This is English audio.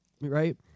Right